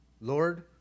Lord